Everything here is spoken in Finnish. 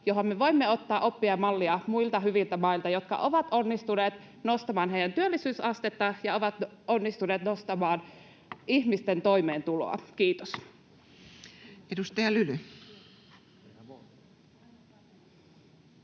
johon me voimme ottaa oppia ja mallia muilta hyviltä mailta, jotka ovat onnistuneet nostamaan työllisyysastettaan ja ovat onnistuneet nostamaan ihmisten toimeentuloa. — Kiitos. [Speech 253]